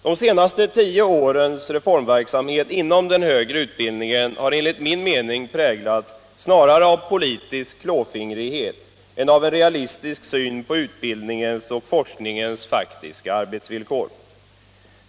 De senaste tio årens reformverksamhet inom den högre utbildningen har enligt min mening präglats snarare av politisk klåfingrighet än av en realistisk syn på utbildningens och forskningens faktiska arbetsvillkor.